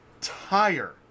Tire